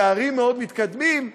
תארים מאוד מתקדמים,